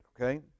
okay